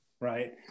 right